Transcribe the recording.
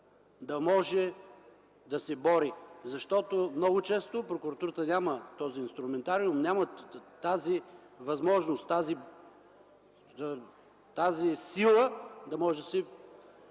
да може да се бори. Защото много често прокуратурата няма този инструментариум, няма тази възможност, тази сила да може да се